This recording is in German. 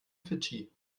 fidschi